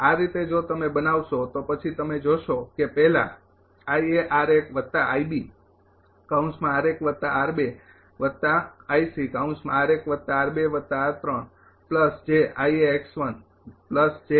આ રીતે જો તમે બનાવશો તો પછી તમે જોશો કે પહેલા છે